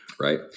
right